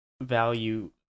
value